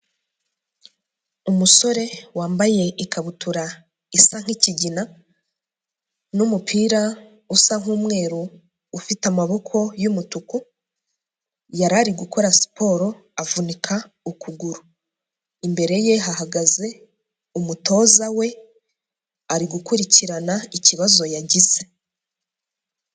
Umusore wambaye ikabutura isa nk'ikigina n'umupira usa nk'umweruru ufite amaboko y'umutuku, yari ari gukora siporo avunika ukuguru, imbere ye hahagaze umutoza we, ari gukurikirana ikibazo yagize.